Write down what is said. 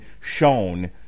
shown